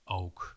ook